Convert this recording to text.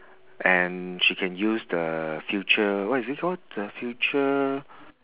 and she can use the future what is it called the future